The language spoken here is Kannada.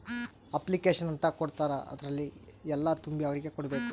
ಅಪ್ಲಿಕೇಷನ್ ಅಂತ ಕೊಡ್ತಾರ ಅದ್ರಲ್ಲಿ ಎಲ್ಲ ತುಂಬಿ ಅವ್ರಿಗೆ ಕೊಡ್ಬೇಕು